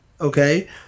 Okay